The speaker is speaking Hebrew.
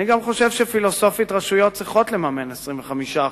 אני גם חושב שפילוסופית, רשויות צריכות לממן 25%,